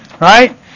right